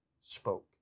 spoke